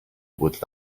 would